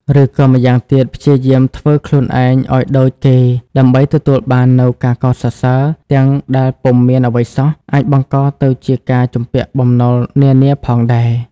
ឬក៏ម្ប៉ាងទៀតព្យាយាមធ្វើខ្លួនឯងឲ្យដូចគេដើម្បីទទួលបាននូវការកោតសរសើរទាំងដែលពុំមានអ្វីសោះអាចបង្កទៅជាការជំពាក់បំណុលនានាផងដែរ។